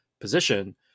position